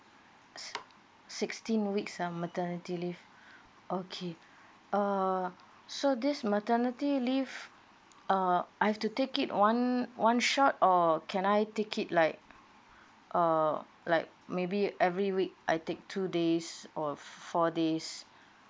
sixteen weeks of maternity leave okay err so this maternity leave uh I have to take it one one shot or can I take it like err like maybe every week I take two days or four days